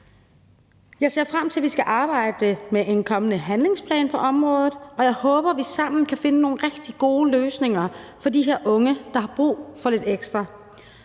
Jeg ser frem til, at vi skal arbejde med en kommende handlingsplan på området, og jeg håber, at vi sammen kan finde nogle rigtig gode løsninger for de her unge, der har brug for lidt ekstra.